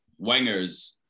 wingers